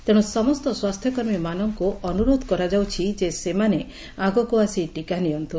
ତେଣୁ ସମସ୍ତ ସ୍ୱାସ୍ସ୍ୟକମୀମାନଙ୍ଙୁ ଅନୁରୋଧ କରାଯାଉଛି ଯେ ସେମାନେ ଆଗକୁ ଆସି ଟିକା ନିଅନ୍ତୁ